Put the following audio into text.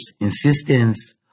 insistence